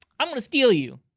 i'm going to steal you,